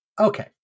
Okay